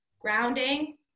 grounding